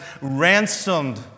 ransomed